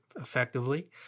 effectively